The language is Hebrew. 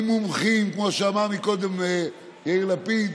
עם מומחים, כמו שאמר קודם יאיר לפיד,